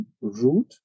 root